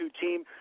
team